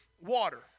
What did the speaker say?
water